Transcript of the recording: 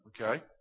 Okay